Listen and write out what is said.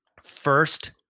First